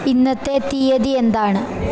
ഇന്നത്തെ തീയതി എന്താണ്